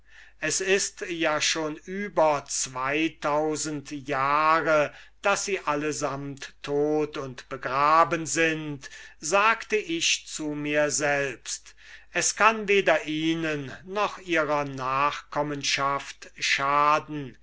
es ist ja schon über zweitausend jahre daß sie allesamt tot und begraben sind sagte ich zu mir selbst es kann weder ihnen noch ihrer nachkommenschaft schaden